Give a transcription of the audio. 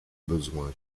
besoin